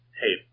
hey